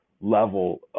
level